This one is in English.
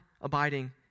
abiding